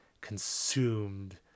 consumed